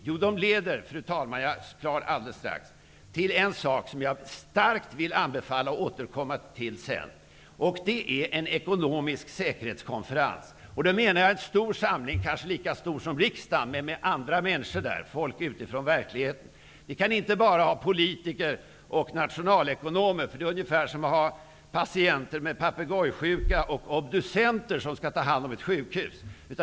Jo, fru talman, de leder till något som jag starkt vill anbefalla och återkomma till senare -- en ekonomisk säkerhetskonferens. Jag menar en stor samling -- kanske lika stor som riksdagen -- med människor utifrån verkligheten. Vi kan inte bara ha politiker och nationalekonomer på en sådan konferens. Det skulle vara ungefär som att låta patienter med papegojsjuka och obducenter ta hand om ett sjukhus.